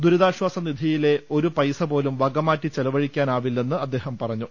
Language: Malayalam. ദുരിതാശ്ചാസ നിധി യിലെ ഒരു പൈസപോലും വകമാറ്റി ചെലവഴിക്കാനാവില്ലെന്ന് അദ്ദേഹം പറഞ്ഞു